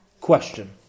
question